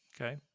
Okay